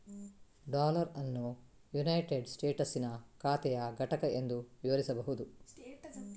dollar ಅನ್ನು United ಸ್ಟೇಟಸ್ಸಿನ ಖಾತೆಯ ಘಟಕ ಎಂದು ವಿವರಿಸಬಹುದು